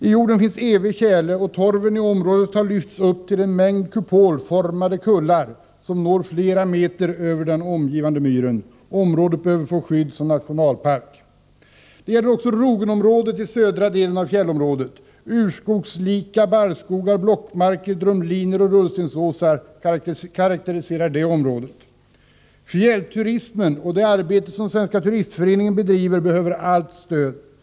I jorden finns evig tjäle, och torven i området har lyfts upp till en mängd kupolformade kullar som når flera meter över den omgivande myren. Området behöver få skydd som nationalpark. Det gäller också Rogenområdet i södra delen av fjällområdet. Urskogslika barrskogar, blockmarker, drumliner och rullstensåsar karakteriserar området. Fjärrturismen och det arbete som Svenska turistföreningen bedriver behöver allt stöd.